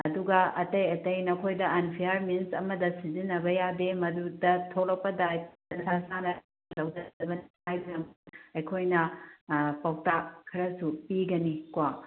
ꯑꯗꯨꯒ ꯑꯇꯩ ꯑꯇꯩ ꯅꯈꯣꯏꯗ ꯑꯟꯐꯤꯌꯥꯔ ꯃꯤꯟꯁ ꯑꯃꯠꯇ ꯁꯤꯖꯤꯟꯅꯕ ꯌꯥꯗꯦ ꯃꯗꯨꯗ ꯊꯣꯛꯂꯛꯄ ꯗꯥꯏꯇ ꯅꯁꯥ ꯅꯁꯥꯅ ꯂꯧꯖꯒꯗꯕꯅꯤ ꯍꯥꯏꯗꯨꯅ ꯑꯩꯈꯣꯏꯅ ꯄꯥꯎꯇꯥꯛ ꯈꯔꯁꯨ ꯄꯤꯒꯅꯤ ꯀꯣ